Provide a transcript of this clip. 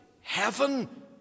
heaven